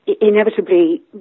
Inevitably